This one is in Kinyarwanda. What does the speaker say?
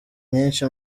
nyinshi